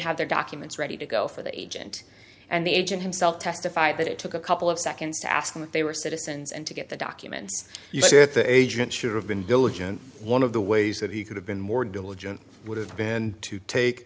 have their documents ready to go for the agent and the agent himself testified that it took a couple of seconds to ask them if they were citizens and to get the documents you said the agent should have been diligent one of the ways that he could have been more diligent would have been to take